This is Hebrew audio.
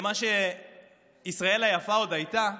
למה שישראל היפה עוד הייתה,